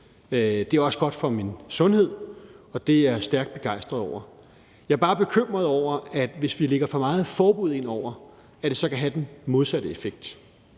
Det er også godt for min sundhed, og det er jeg stærkt begejstret over. Jeg er bare bekymret over, at hvis vi lægger for mange forbud ind over, kan det have den modsatte effekt.